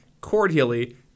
cordially